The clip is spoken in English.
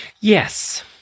yes